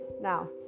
now